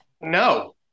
no